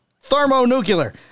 Thermonuclear